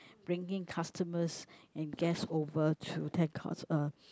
bringing customers and guest over to ten courts uh